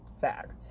fact